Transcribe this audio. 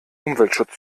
umweltschutz